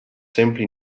simply